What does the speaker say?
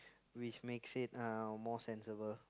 which makes it uh more sensible